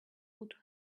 could